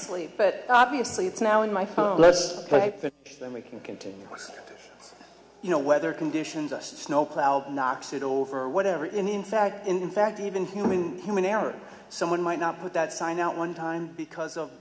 obviously but obviously it's now in my phone less than we can continue you know weather conditions us snow plow knocks it over or whatever in in fact in fact even human human error someone might not put that sign out one time because